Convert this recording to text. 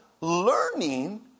learning